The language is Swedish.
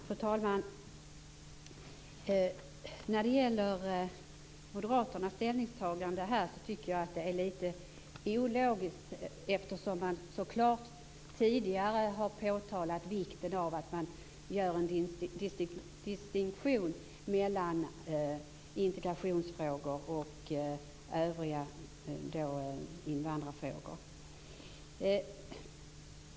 Fru talman! Moderaternas ställningstagande tycker jag är litet ologiskt, eftersom man tidigare så klart har påtalat vikten av att man gör en distinktion mellan integrationsfrågor och övriga invandrarfrågor.